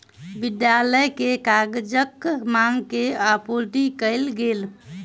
विद्यालय के कागजक मांग के आपूर्ति कयल गेल